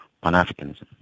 Pan-Africanism